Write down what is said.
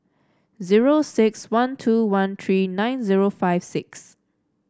zero six one two one three nine zero five six